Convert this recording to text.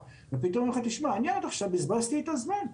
ופתאום אומרים לך: אני עד עכשיו בזבזתי את הזמן.